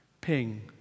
ping